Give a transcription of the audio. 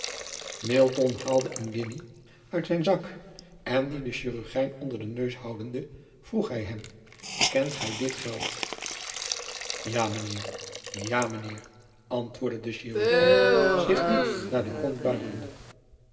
haalde een guinje uit zijn zak en die den hirurgijn onder den neus houdende vroeg hij hem ent gij dit geld a mijn eer ja mijn eer antwoordde de hirurgijn zich diep naar den grond buigende